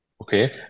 Okay